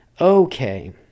Okay